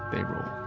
they rule.